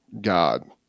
god